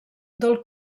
del